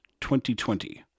2020